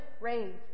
rave